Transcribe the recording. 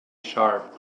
sharp